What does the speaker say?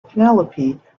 penelope